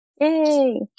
Yay